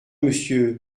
monsieur